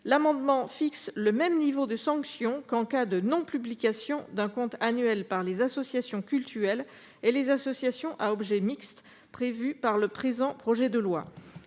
L'amendement tend à fixer les mêmes sanctions qu'en cas de non-publication d'un compte annuel par les associations cultuelles et les associations à objet mixte prévues par le présent projet de loi.